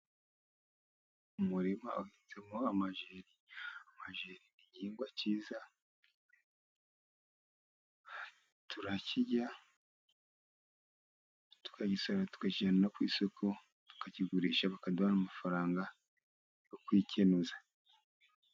Umurima ufitemo amajeri, amajeri ni igihingwa cyiza turakirya tukagisarura tukakijyana no ku isoko tukakigurisha bakaduha amafaranga yo kwikenuza.